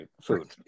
food